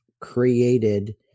created